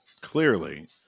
Clearly